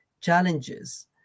challenges